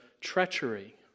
treachery